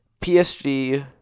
PSG